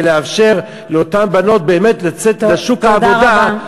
לאפשר לאותן בנות לצאת לשוק העבודה,